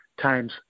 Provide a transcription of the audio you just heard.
times